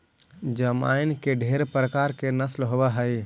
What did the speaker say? जमाइन के ढेर प्रकार के नस्ल होब हई